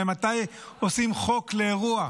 ממתי עושים חוק לאירוע?